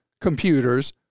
computers